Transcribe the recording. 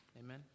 Amen